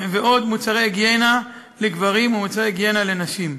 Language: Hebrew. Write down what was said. מוצרי היגיינה לגברים ולנשים.